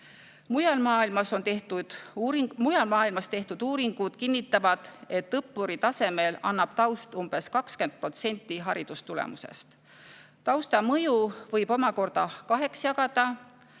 Mujal maailmas tehtud uuringud kinnitavad, et õppuri taseme puhul annab taust umbes 20% haridustulemusest. Tausta mõju võib omakorda kaheks jagada: